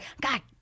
God